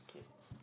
okay